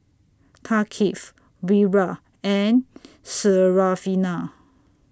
Thaqif Wira and Syarafina